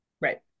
Right